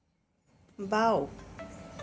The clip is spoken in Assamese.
বাঁও